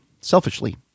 selfishly